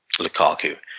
Lukaku